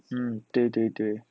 mm 对对对